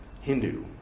hindu